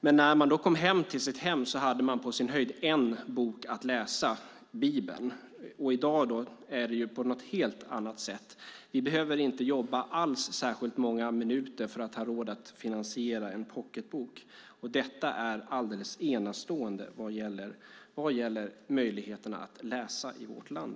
Men när man kom hem till sitt hem hade man på sin höjd en bok att läsa, Bibeln. I dag är det på ett helt annat sätt. Man behöver inte jobba särskilt många minuter för att finansiera en pocketbok. Det är alldeles enastående vad gäller möjligheterna att läsa i vårt land.